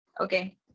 Okay